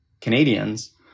Canadians